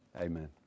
Amen